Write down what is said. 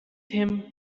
him